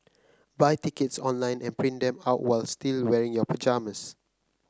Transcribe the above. buy tickets online and print them out was still wearing your pyjamas